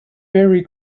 merry